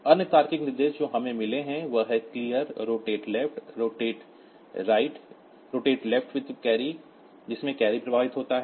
अन्य तार्किक निर्देश जो हमें मिले हैं वे हैं clear rotate left rotate left with carry जिसमें कैरी प्रभावित होता है